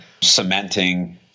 cementing